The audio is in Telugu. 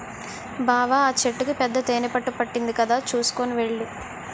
బావా ఆ చెట్టుకి పెద్ద తేనెపట్టు పట్టింది కదా చూసుకొని వెళ్ళు